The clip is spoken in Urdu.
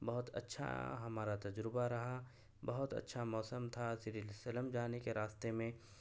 بہت اچھا ہمارا تجربہ رہا بہت اچھا موسم تھا سری سلم جانے کے راستے میں